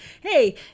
hey